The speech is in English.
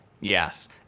Yes